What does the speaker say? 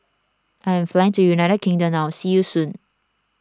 I am flying to United Kingdom now see you soon